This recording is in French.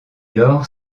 lors